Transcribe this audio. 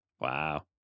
Wow